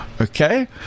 okay